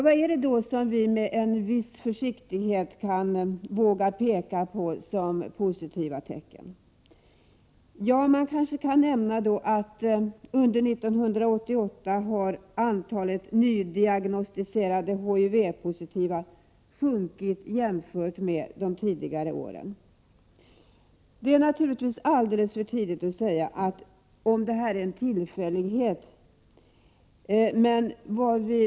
Vad är det då som vi med viss försiktighet kan framhålla som positiva tecken? Ja, under 1988 har antalet nydiagnostiserade HIV-positiva sjunkit jämfört med siffrorna tidigare år. Men det är naturligtvis alldeles för tidigt att säga om det är en tillfällighet.